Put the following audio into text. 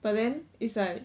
but then it's like